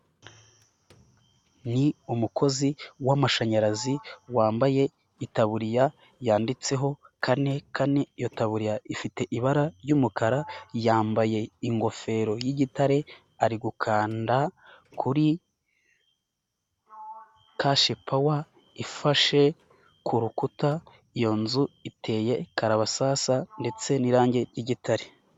Ni umukozi w'amashanyarazi wambaye itaburiya yanditseho kane kane, iyo taburiya ifite ibara ry'umukara, yambaye ingofero y'igitare ari gukanda kuri kashi pawa ifashe ku rukuta, iyo nzu iteye karabasasa ndetse n'irangi ry'igitare.